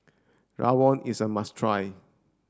Rawon is a must try